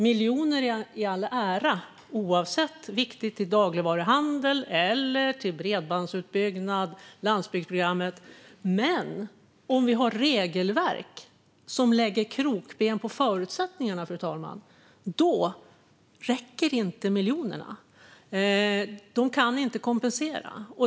Miljoner i all ära, oavsett om de går till dagligvaruhandel, bredbandsutbyggnad eller landsbygdsprogrammet, men om vi har regelverk som lägger krokben för förutsättningarna räcker inte miljonerna, fru talman. De kan inte kompensera.